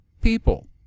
people